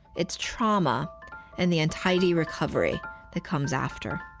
it's trauma and the untidy recovery that comes after